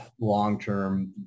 long-term